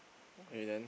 okay then